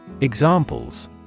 Examples